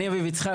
אני אביב יצחק,